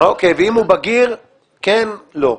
ואם הוא בגיר, כן או לא.